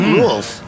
rules